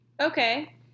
Okay